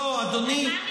לא, אדוני.